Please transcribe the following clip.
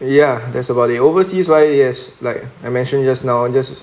ya that's about it overseas wise yes like I mentioned just now just